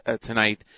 tonight